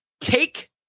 take